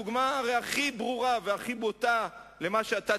הדוגמה הכי ברורה והכי בוטה למה שאתה